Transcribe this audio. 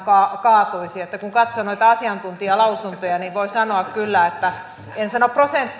kaatuisi kun katsoo noita asiantuntijalausuntoja niin voi kyllä sanoa en sano